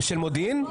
של מודיעין?